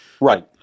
Right